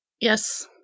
Yes